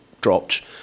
dropped